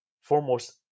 foremost